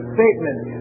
statement